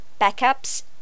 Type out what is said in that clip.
backups